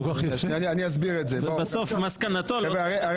ובסוף מסקנתו לא --- אני אסביר את זה.